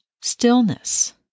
stillness